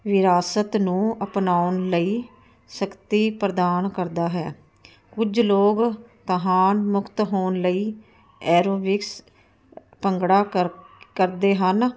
ਵਿਰਾਸਤ ਨੂੰ ਅਪਣਾਉਣ ਲਈ ਸ਼ਕਤੀ ਪ੍ਰਦਾਨ ਕਰਦਾ ਹੈ ਕੁਝ ਲੋਕ ਤਣਾਅ ਮੁਕਤ ਹੋਣ ਲਈ ਐਰੋਬਿਕਸ ਭੰਗੜਾ ਕਰ ਕਰਦੇ ਹਨ